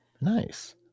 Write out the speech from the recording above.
Nice